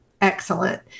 excellent